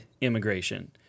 immigration